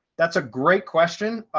that's a great question.